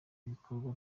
ibikorwa